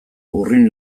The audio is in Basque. urrin